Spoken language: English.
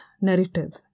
narrative